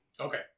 Okay